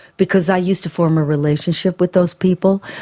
because i used to form a relationship with those people.